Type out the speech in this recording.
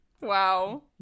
Wow